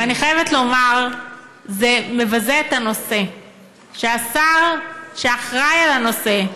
אבל אני חייבת לומר שזה מבזה את הנושא שהשר שאחראי לנושא,